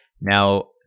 Now